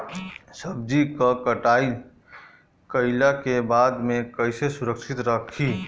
सब्जी क कटाई कईला के बाद में कईसे सुरक्षित रखीं?